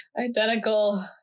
identical